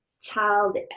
child